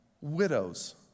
widows